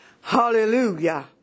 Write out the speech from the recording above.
Hallelujah